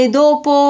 dopo